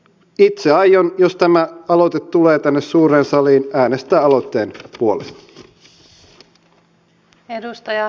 itse aion jos tämä aloite tulee tänne suureen saliin äänestää aloitteen puolesta